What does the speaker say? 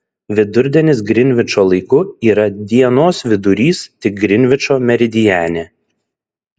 vidurdienis grinvičo laiku yra dienos vidurys tik grinvičo meridiane